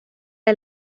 del